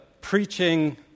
preaching